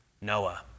Noah